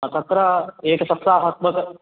तत्र एकसप्ताहात्मक